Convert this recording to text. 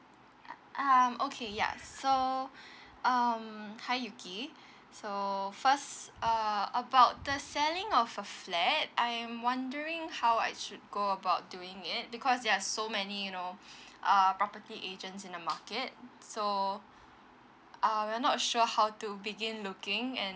uh um okay ya so um hi yuki so first err about the selling of a flat I'm wondering how I should go about doing it because there are so many you know uh property agents in the market so uh we are not sure how to begin looking and